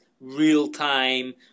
real-time